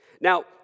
Now